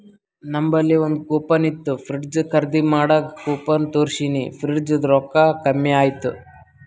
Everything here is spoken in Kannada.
ನಂಬಲ್ಲಿ ಒಂದ್ ಕೂಪನ್ ಇತ್ತು ಫ್ರಿಡ್ಜ್ ಖರ್ದಿ ಮಾಡಾಗ್ ಕೂಪನ್ ತೋರ್ಸಿನಿ ಫ್ರಿಡ್ಜದು ರೊಕ್ಕಾ ಕಮ್ಮಿ ಆಯ್ತು